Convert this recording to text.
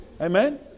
Amen